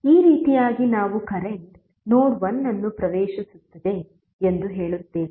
ಈ ರೀತಿಯಾಗಿ ನಾವು ಕರೆಂಟ್ ನೋಡ್ 1 ಅನ್ನು ಪ್ರವೇಶಿಸುತ್ತಿದೆ ಎಂದು ಹೇಳುತ್ತೇವೆ